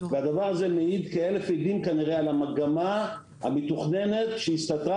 הדבר הזה מעיד כאלף עדים על המגמה המתוכננת שהסתתרה